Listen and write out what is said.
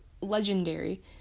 legendary